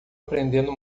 aprendendo